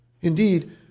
Indeed